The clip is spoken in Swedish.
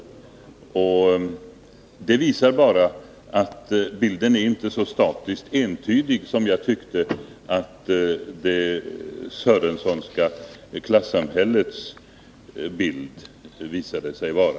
Detta visar att bilden inte är så statiskt entydig som bilden av det Sörensonska klassamhället tycks vara.